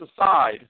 aside